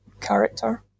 character